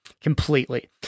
completely